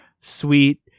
sweet